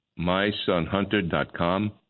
Mysonhunter.com